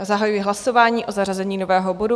Zahajuji hlasování o zařazení nového bodu.